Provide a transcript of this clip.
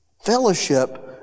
fellowship